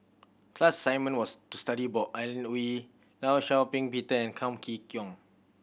class assignment was to study about Alan Oei Law Shau Ping Peter and Kam Kee Kong